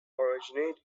originate